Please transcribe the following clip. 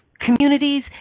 communities